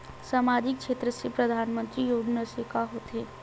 सामजिक क्षेत्र से परधानमंतरी योजना से का होथे?